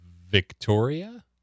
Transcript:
victoria